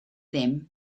them